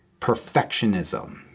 perfectionism